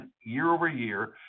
year-over-year